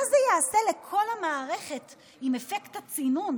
מה זה יעשה לכל המערכת אם אפקט הצינון,